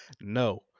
No